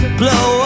blow